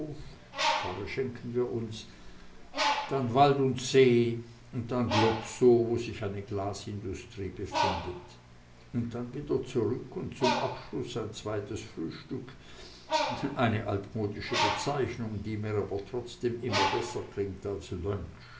pfarre schenken wir uns dann wald und see und dann globsow wo sich eine glasindustrie befindet und dann wieder zurück und zum abschluß ein zweites frühstück eine altmodische bezeichnung die mir aber trotzdem immer besser klingt als